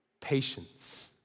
Patience